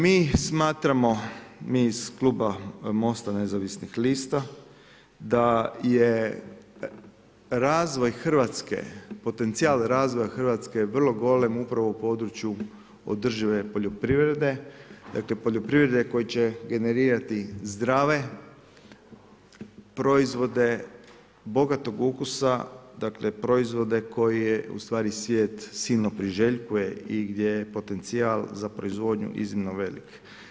Mi smatramo, mi iz kluba MOST-a nezavisnih lista da je potencijal razvoja Hrvatske vrlo golem upravo u području održive poljoprivrede, dakle poljoprivrede koja će generirati zdrave proizvode, bogatog okusa, dakle proizvode koje ustvari svijet silno priželjkuje i gdje je potencijal za proizvodnju iznimno velik.